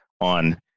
on